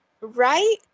Right